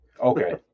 Okay